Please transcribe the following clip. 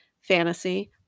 fantasy